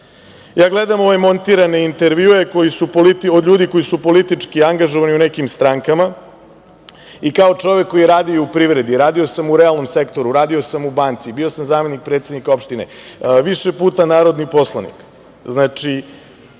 dalje. Gledam ove montirane intervjue od ljudi koji su politički angažovani u nekim strankama i kao čovek koji je radio u privredi, radio sam u realnom sektoru, radio sam u banci, bio sam zamenik predsednik opštine, više puta narodni poslanik.